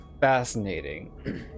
fascinating